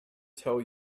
tell